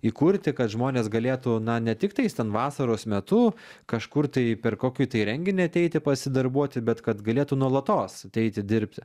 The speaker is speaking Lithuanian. įkurti kad žmonės galėtų na ne tiktais ten vasaros metu kažkur tai per kokį renginį ateiti pasidarbuoti bet kad galėtų nuolatos ateiti dirbti